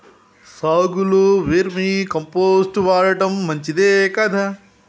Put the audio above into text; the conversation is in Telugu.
సాగులో వేర్మి కంపోస్ట్ వాడటం మంచిదే కదా?